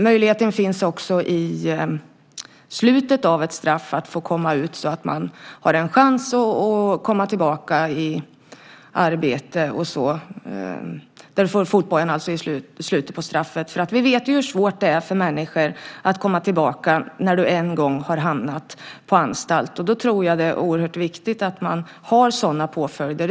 Det finns också möjlighet att i slutet av ett straff få fotboja och få komma ut så att man har chans att komma tillbaka i arbete. Vi vet hur svårt det är för människor att komma tillbaka när de en gång har hamnat på anstalt. Jag tror att det är oerhört viktigt att man har sådana påföljder.